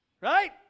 Right